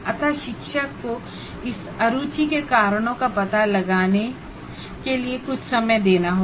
अतः शिक्षक को इस अरुचि के कारणों का पता लगाने के लिए कुछ समय देना होगा